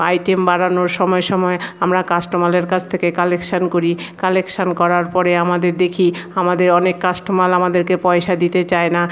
item বাড়ানোর সময় সময় আমরা কাস্টোমারদের থেকে কালেকশান করি কালেকশান করার পরে আমাদের দেখি আমাদের অনেক কাস্টোমার আমাদেরকে পয়সা দিতে চায় না